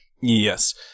Yes